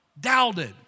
doubted